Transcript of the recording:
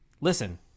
Listen